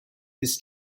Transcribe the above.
this